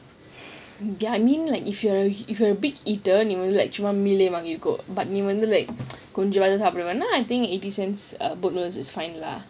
ya I mean like if you if you are a big eater கொஞ்சம் சாப்பிடுவ ந:konjam saapiduwa na then I think eighty cents boat noodles is fine lah